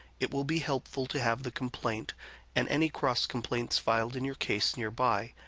it will be helpful to have the complaint and any cross complaints filed in your case nearby,